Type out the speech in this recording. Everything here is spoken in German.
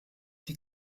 die